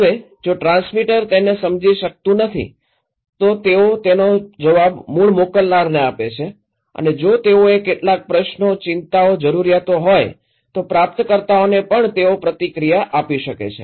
હવે જો ટ્રાન્સમીટર તેને સમજી શકતું નથી તો તેઓ તેનો જવાબ મૂળ મોકલનારને આપે છે અને જો તેઓને કેટલાક પ્રશ્નો ચિંતાઓ જરૂરિયાતો હોય તો પ્રાપ્તકર્તાઓને પણ તેઓ પ્રતિક્રિયા આપી શકે છે